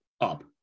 up